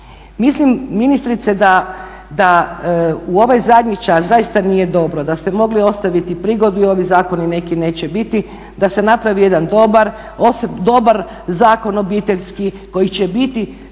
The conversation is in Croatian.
mislim ministrice da u ovaj zadnji čas zaista nije dobro, da ste mogli ostaviti prigodu i ovi zakoni neki neće biti, da se napravi jedan dobar Zakon obiteljski koji će biti